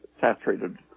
saturated